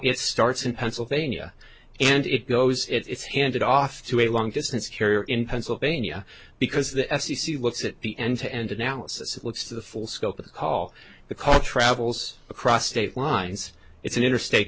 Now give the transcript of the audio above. it starts in pennsylvania and it goes it's handed off to a long distance carrier in pennsylvania because the f c c looks at the end to end analysis it looks to the full scope of the call the call travels across state lines it's an interstate